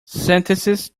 sentences